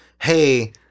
hey